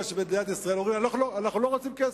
של מדינת ישראל אומרים: אנחנו לא רוצים כסף,